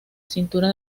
cintura